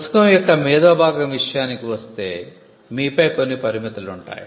పుస్తకం యొక్క 'మేధో భాగం' విషయానికి వస్తే మీపై కొన్ని పరిమితులు ఉంటాయి